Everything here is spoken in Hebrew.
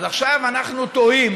אז עכשיו אנחנו תוהים